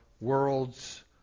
worlds